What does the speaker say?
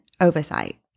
oversight